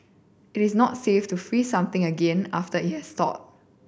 it is not safe to freeze something again after it has thawed